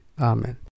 Amen